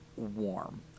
warm